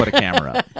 but camera